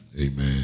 Amen